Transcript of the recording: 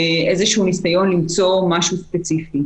באיזשהו ניסיון למצוא משהו ספציפי.